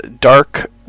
dark